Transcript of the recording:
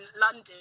London